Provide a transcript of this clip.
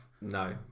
no